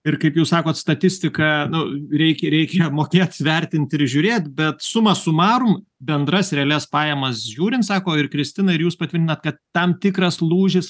ir kaip jūs sakot statistiką nu reik reikia mokėt vertint ir žiūrėt bet suma sumarum bendras realias pajamas žiūrint sako ir kristina ir jūs patvirtinat kad tam tikras lūžis